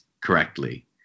correctly